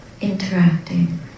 interacting